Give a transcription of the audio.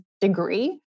degree